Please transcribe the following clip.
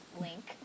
link